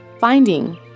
Finding